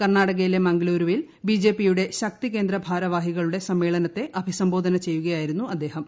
കർണാടകയിലെ മംഗ്ളൂരുവിൽ B J P യുടെ ശക്തികേന്ദ്ര ഭാരവാഹികളുടെ സമ്മേളനത്തെ അഭിസംബോധന ചെയ്യുകയായിരുന്നു അദ്ദേഹം